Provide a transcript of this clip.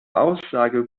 aussage